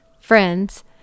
friends